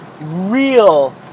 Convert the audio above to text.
real